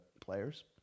players